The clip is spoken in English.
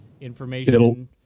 information